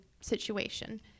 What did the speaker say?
situation